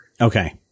Okay